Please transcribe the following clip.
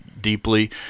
deeply